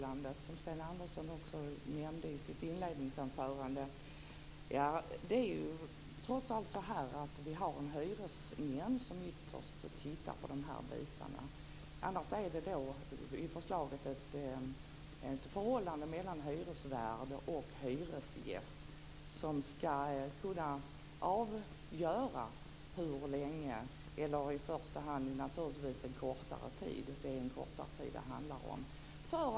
Andersson också tog upp i sitt inledningsanförande, har vi en hyresnämnd som ytterst tittar på de här bitarna. Annars är det enligt förslaget ett förhållande mellan hyresvärd och hyresgäst, som skall kunna avgöra hur lång eller kort tid man skall få testa om ett samboförhållande håller.